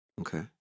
Okay